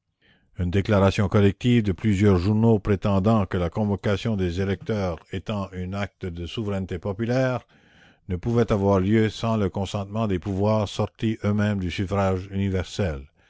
une déclaration collective de plusieurs journaux prétendant que la convocation des électeurs étant un acte de souveraineté populaire ne pouvait avoir lieu sans le consentement des pouvoirs sortis eux-mêmes du suffrage universel